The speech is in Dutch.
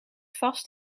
vast